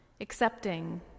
accepting